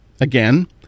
again